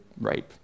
rape